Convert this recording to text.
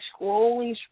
scrolling